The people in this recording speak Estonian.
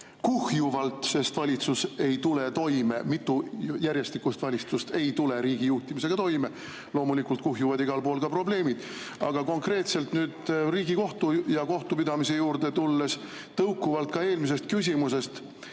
kuhjuvalt, sest valitsus ei tule toime, mitu järjestikust valitsust ei tule riigi juhtimisega toime. Loomulikult kuhjuvad igal pool ka probleemid. Aga konkreetselt nüüd Riigikohtu ja kohtupidamise juurde tulles, tõukuvalt ka eelmisest küsimusest,